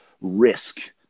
risk